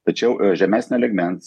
tačiau žemesnio lygmens